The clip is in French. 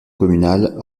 communal